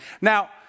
Now